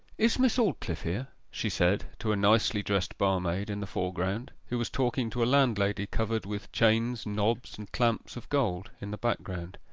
is miss aldclyffe here she said to a nicely-dressed barmaid in the foreground, who was talking to a landlady covered with chains, knobs, and clamps of gold, in the background.